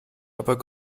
aber